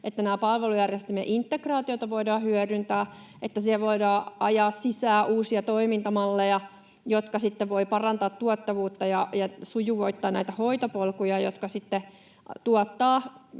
tätä palvelujärjestelmien integraatiota voidaan hyödyntää — että siihen voidaan ajaa sisään uusia toimintamalleja, jotka sitten voivat parantaa tuottavuutta ja sujuvoittaa näitä hoitopolkuja, jotka sitten